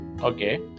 Okay